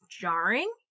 jarring